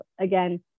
again